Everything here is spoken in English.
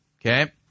Okay